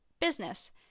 business